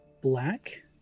black